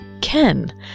Ken